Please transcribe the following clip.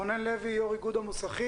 רונן לוי, יו"ר איגוד המוסכים